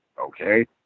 Okay